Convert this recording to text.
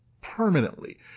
permanently